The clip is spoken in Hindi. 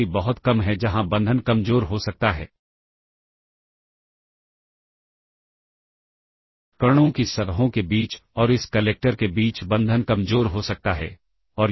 ताकि वैल्यू रिस्टोर हो सके तो B C H L register की ओरिजिनल कंटेंट खोए नहीं